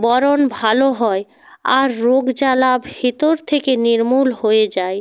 বরং ভালো হয় আর রোগ জ্বালা ভেতর থেকে নির্মূল হয়ে যায়